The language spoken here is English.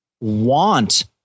want